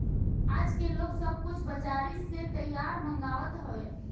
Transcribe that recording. आजके लोग सब कुछ बजारी से तैयार मंगवात हवे